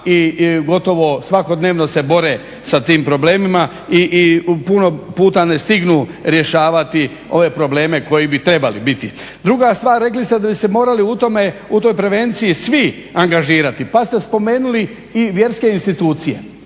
i gotovo svakodnevno se bore sa tim problemima i puno puta ne stignu rješavati ove probleme koji bi trebali biti. Druga stvar, rekli ste da bi se morali u tome, u toj prevenciji svi angažirati, pa ste spomenuli i vjerske institucije.